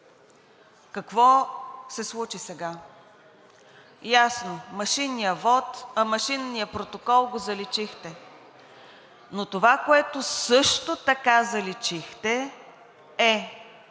Какво се случи сега? Ясно е, машинния протокол го заличихте, но това, което също така заличихте, е